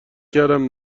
کردم